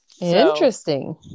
Interesting